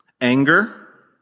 Anger